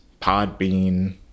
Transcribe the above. Podbean